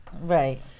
Right